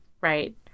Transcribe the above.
Right